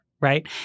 right